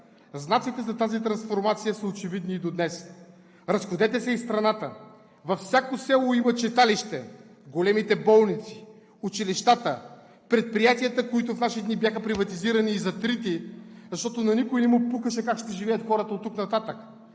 Знаците за тази трансформация са очевидни и до днес. Разходете се из страната. Във всяко село имаше читалище, големи болници, училища, предприятия, които в наши дни бяха приватизирани и затрити, защото на никой не му пукаше как ще живеят хората оттук нататък.